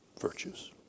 virtues